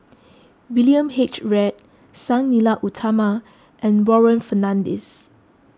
William H Read Sang Nila Utama and Warren Fernandez